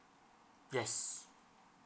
yes